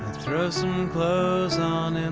throws clothes on and